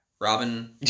Robin